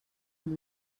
amb